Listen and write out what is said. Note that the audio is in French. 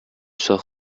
soit